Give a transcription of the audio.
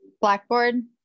Blackboard